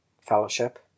fellowship